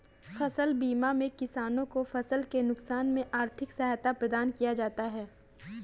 फसल बीमा में किसानों को फसल के नुकसान में आर्थिक सहायता प्रदान किया जाता है